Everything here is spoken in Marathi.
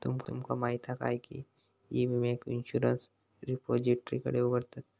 तुमका माहीत हा काय की ई विम्याक इंश्युरंस रिपोजिटरीकडे उघडतत